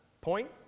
point